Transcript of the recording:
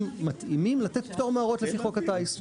מתאימים לתת פטור מההוראות לפי חוק הטיס.